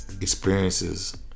Experiences